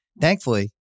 Thankfully